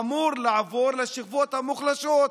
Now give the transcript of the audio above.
הוא אמור לעבור לשכבות המוחלשות.